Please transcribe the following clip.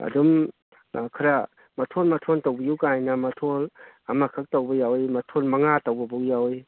ꯑꯗꯨꯝ ꯈꯔ ꯃꯊꯣꯟ ꯃꯊꯣꯟ ꯇꯧꯕꯤꯌꯨꯒꯥꯏꯅ ꯃꯊꯣꯟ ꯑꯃꯈꯛ ꯇꯧꯕ ꯌꯥꯎꯏ ꯃꯊꯣꯟ ꯃꯉꯥ ꯇꯧꯕꯕꯣꯛ ꯌꯥꯎꯏ